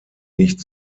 nicht